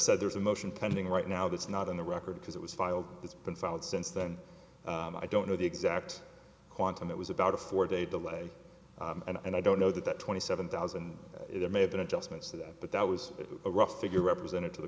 said there's a motion pending right now that's not in the record because it was filed it's been filed since then i don't know the exact quantum it was about a four day delay and i don't know that that twenty seven thousand there may have been adjustments to that but that was a rough figure represented to the